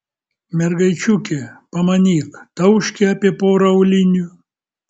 mergaičiukė pamanyk tauškia apie porą aulinių